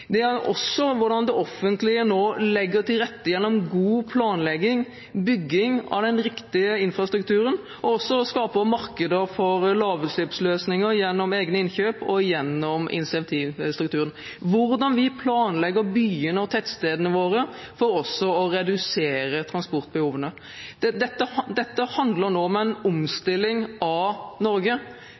Det er også viktig hvordan det offentlige nå legger til rette gjennom god planlegging og bygging av den riktige infrastrukturen, gjennom å skape markeder for lavutslippsløsninger, gjennom egne innkjøp og gjennom incentivstrukturen, og hvordan vi planlegger byene og tettstedene våre for også å redusere transportbehovene. Dette handler nå om en omstilling av Norge